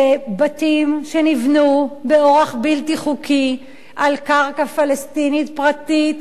שבתים שנבנו באורח בלתי חוקי על קרקע פלסטינית פרטית,